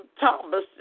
Thomas